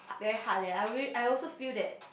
ah very hard eh I very I also feel that